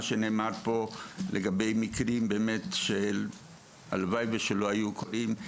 שנאמר פה לגבי מקרים שהלוואי שלא היו קורים.